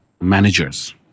managers